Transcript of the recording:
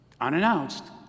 unannounced